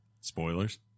Spoilers